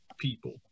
people